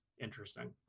interesting